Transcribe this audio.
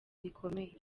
rikomeye